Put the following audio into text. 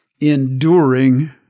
enduring